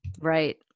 Right